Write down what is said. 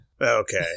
Okay